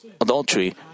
adultery